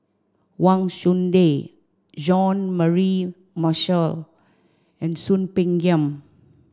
Wang Chunde Jean Mary Marshall and Soon Peng Yam